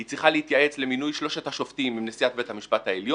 היא צריכה להתייעץ למינוי שלושת השופטים עם נשיאת בית המשפט העליון,